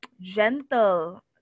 gentle